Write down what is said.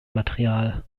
material